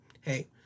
hey